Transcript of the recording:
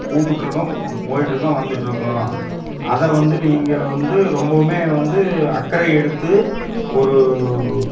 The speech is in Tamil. கூப்பிட்ருக்கோம் போயிட்டிருக்கோம் வந்துட்டிருக்கோம் அதை வந்து நீங்கள் வந்து ரொம்பவுமே வந்து அக்கறை எடுத்து ஒரு